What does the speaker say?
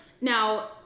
Now